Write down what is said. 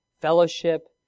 fellowship